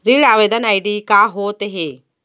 ऋण आवेदन आई.डी का होत हे?